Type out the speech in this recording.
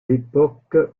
l’époque